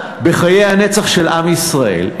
בחיי הנצח של עם ישראל,